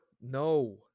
No